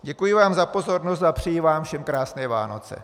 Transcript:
Děkuji vám za pozornost a přeji vám všem krásné Vánoce.